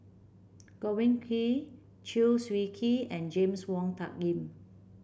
Godwin Koay Chew Swee Kee and James Wong Tuck Yim